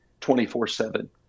24-7